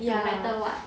ya